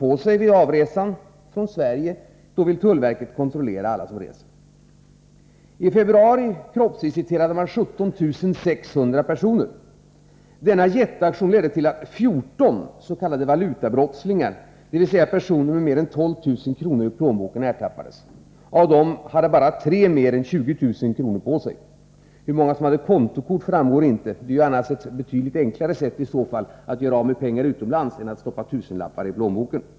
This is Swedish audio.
på sig vid avresan från Sverige, vill tullverket kontrollera alla som reser. ka resenärer I februari kroppsvisiterades 17 600 personer. Denna jätteaktion ledde till att 14 s.k. valutabrottslingar, dvs. personer med mer än 12 000 kr. i plånboken, ertappades. Av dem hade bara tre mer än 20 000 kr. på sig. Hur många som hade kontokort framgår inte — det är ju annars ett betydligt enklare sätt att göra av med pengar utomlands än att stoppa tusenlappar i plånboken.